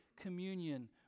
communion